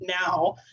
now